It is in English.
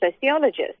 sociologist